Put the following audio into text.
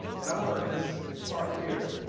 and i wanna just park here